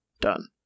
done